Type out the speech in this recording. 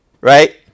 Right